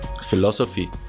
philosophy